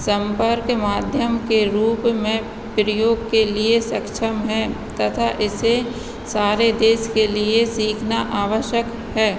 संपर्क माध्यम के रूप में प्रयोग के लिए सक्षम है तथा इसे सारे देश के लिए सीखना आवश्यक है